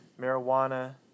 marijuana